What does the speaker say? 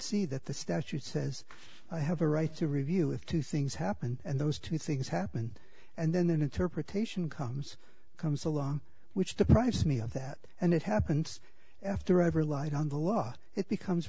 see that the statute says i have a right to review with two things happened and those two things happen and then an interpretation comes comes along which deprived me of that and it happens after i've relied on the law it becomes